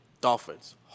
Dolphins